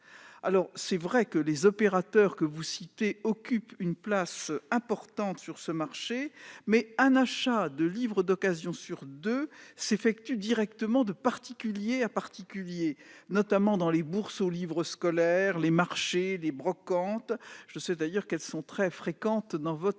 En outre, si les opérateurs que vous citez occupent une place importante sur ce marché, un achat de livre d'occasion sur deux s'effectue directement de particulier à particulier, notamment dans les bourses aux livres scolaires, les marchés ou les brocantes, que je sais nombreuses dans votre